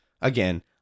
again